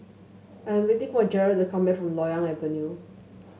I am waiting for Jarrell to come back from Loyang Avenue